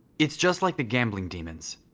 it's just like the gambling demons,